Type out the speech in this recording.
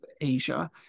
Asia